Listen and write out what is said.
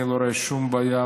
אני לא רואה שום בעיה,